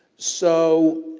so,